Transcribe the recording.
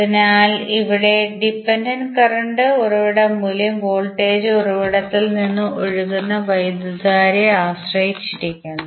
അതിനാൽ ഇവിടെ dependent current ഉറവിട മൂല്യം വോൾട്ടേജ് ഉറവിടത്തിൽ നിന്ന് ഒഴുകുന്ന വൈദ്യുതധാരയെ ആശ്രയിച്ചിരിക്കുന്നു